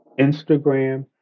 Instagram